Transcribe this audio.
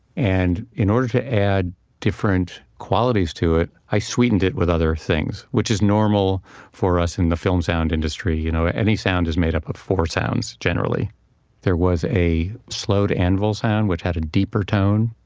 and in order to add different qualities to it i sweetened it with other things, which is normal for us in the film sound industry. you know ah any sound is made up of four sounds, generally there was a slowed-anvil sound which had a deeper tone